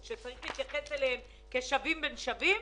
או כשצריך להתייחס אליהם כשווים בין שווים,